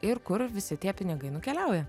ir kur visi tie pinigai nukeliauja